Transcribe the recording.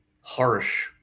harsh